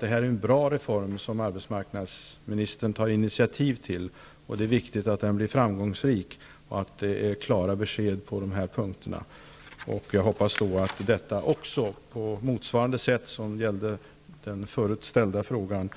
Den reform som arbetsmarknadsministern tar initiativ till är bra, och det är därför viktigt att den blir framgångsrik och att det är klara besked på de här punkterna. Jag hoppas att också detta, på samma sätt som svaret på min andra fråga,